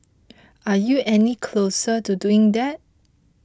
are you any closer to doing that